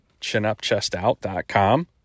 ChinUpChestOut.com